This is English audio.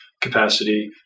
capacity